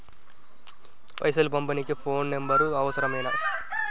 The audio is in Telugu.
పైసలు పంపనీకి ఫోను నంబరు అవసరమేనా?